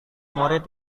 murid